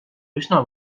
üsna